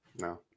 No